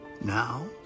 now